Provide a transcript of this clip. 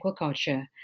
Aquaculture